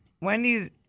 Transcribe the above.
Wendy's